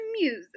music